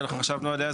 שאנחנו חשבנו עליה,